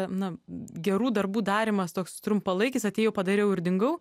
na gerų darbų darymas toks trumpalaikis atėjau padariau ir dingau